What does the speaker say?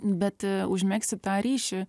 bet užmegzti tą ryšį